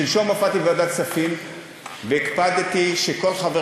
שלשום הופעתי בוועדת הכספים והקפדתי שכל חבר